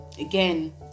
again